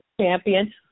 champion